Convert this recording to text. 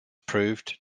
proved